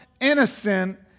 innocent